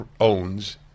owns